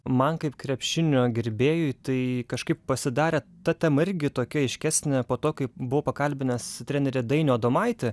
man kaip krepšinio gerbėjui tai kažkaip pasidarė ta tema irgi tokia aiškesnė po to kai buvau pakalbinęs trenerį dainių adomaitį